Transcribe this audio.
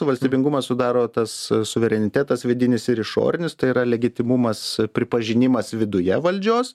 valstybingumą sudaro tas suverenitetas vidinis ir išorinis tai yra legitimumas pripažinimas viduje valdžios